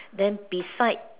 then beside